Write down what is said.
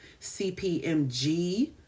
CPMG